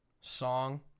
song